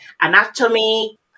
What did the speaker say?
anatomy